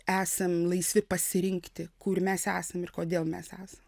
esam laisvi pasirinkti kur mes esam ir kodėl mes esam